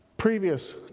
previous